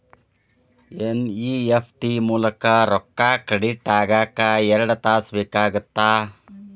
NEFT ಮೂಲಕ ರೊಕ್ಕಾ credit ಆಗಾಕ ಎರಡ್ ತಾಸ ಬೇಕಾಗತ್ತಾ